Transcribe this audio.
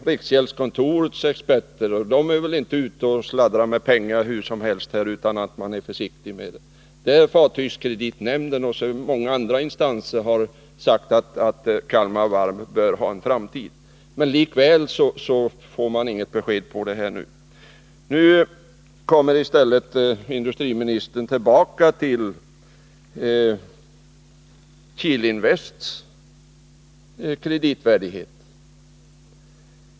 Riksgäldskontorets experter — och de är väl inte ute och slarvar med pengar hur som helst, utan de är försiktiga —, fartygskreditnämnden och många andra har sagt att Kalmar Varv bör ha en framtid. Likväl får man inget besked om det nu. Industriministern kommer i stället tillbaka till Kihlinvests kreditvärdighet.